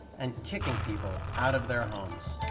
and kicking people out of their homes.